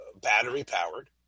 battery-powered